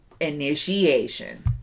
Initiation